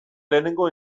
lehenengo